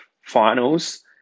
finals